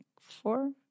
four